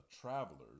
travelers